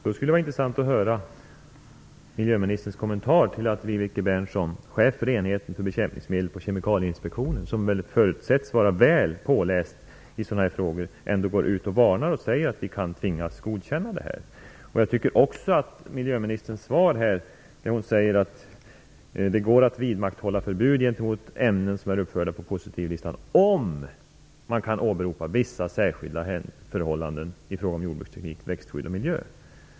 Fru talman! Det skulle vara intressant att höra miljöministerns kommentar till att Vibeke Bernson, chef för enheten för bekämpningsmedel på Kemikalieinspektionen som förutsätts vara väl påläst i dessa frågor, ändå går ut och varnar för att vi kan tvingas godkänna detta. Miljöministern säger i sitt svar att det går att vidmakthålla förbud gentemot ämnen som är uppförda på positivlistan, om man kan åberopa vissa särskilda förhållanden i fråga om jordbruksteknik, växtskydd och miljö.